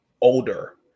older